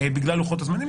בגלל לוחות הזמנים,